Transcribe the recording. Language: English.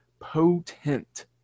Potent